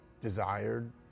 desired